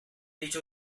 dicha